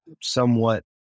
somewhat